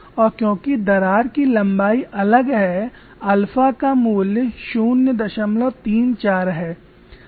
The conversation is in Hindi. और क्योंकि दरार की लंबाई अलग है अल्फा का मूल्य 034 है